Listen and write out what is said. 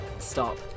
Stop